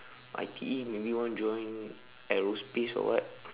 I_T_E maybe want to join aerospace or what